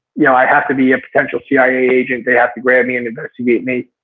you know i have to be a potential cia agent. they have to grab me and investigate me.